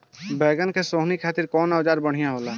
बैगन के सोहनी खातिर कौन औजार बढ़िया होला?